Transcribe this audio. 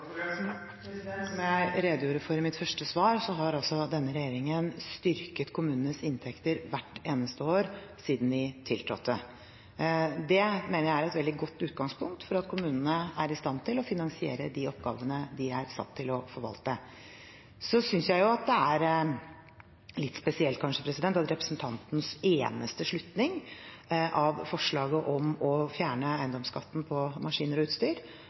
Som jeg redegjorde for i mitt første svar, har denne regjeringen styrket kommunenes inntekter hvert eneste år siden den tiltrådte. Det mener jeg er et veldig godt utgangspunkt for at kommunene er i stand til å finansiere de oppgavene de er satt til å forvalte. Så synes jeg jo at det kanskje er litt spesielt at representantens eneste slutning når det gjelder forslaget om å fjerne eiendomsskatten på maskiner og utstyr,